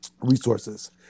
resources